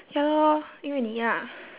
ya lor 因为你啊